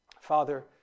Father